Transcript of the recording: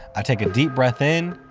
i take a deep breath in.